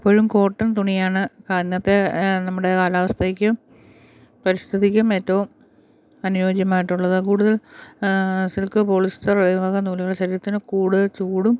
ഇപ്പോഴും കോട്ടൺ തുണിയാണ് കാരണത്തെ നമ്മുടെ കാലാവസ്ഥയ്ക്കും പരിസ്ഥിതിയ്ക്കും ഏറ്റവും അനുയോജ്യമായിട്ടുള്ളത് കൂടുതൽ സിൽക്ക് പോളിസ്റ്റർ ഈ വക നൂലുകൾ ശരീരത്തിനു കൂടുതൽ ചൂടും